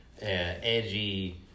edgy